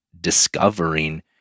discovering